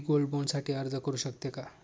मी gold bond साठी अर्ज करु शकते का?